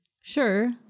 Sure